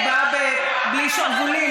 היא באה בלי שרוולים.